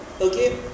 okay